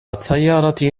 سيارتي